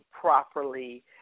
properly